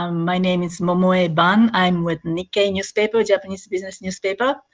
um my name is momoe ban. i'm with nikkei newspaper, japanese business newspaper.